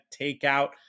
takeout